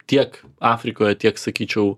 tiek afrikoje tiek sakyčiau